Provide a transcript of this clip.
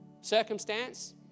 circumstance